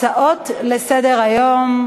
התשע"ד 2013,